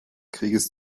krieges